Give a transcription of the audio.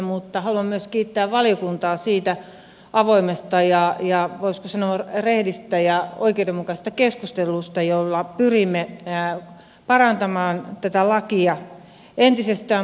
mutta haluan myös kiittää valiokuntaa siitä avoimesta ja voisiko sanoa rehdistä ja oikeudenmukaisesta keskustelusta jolla pyrimme parantamaan tätä lakia entisestään